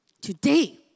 Today